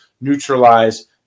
neutralize